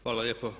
Hvala lijepo.